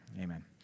Amen